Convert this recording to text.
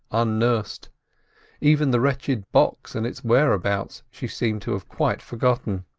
unnursed even the wretched box and its whereabouts she seemed to have quite forgotten.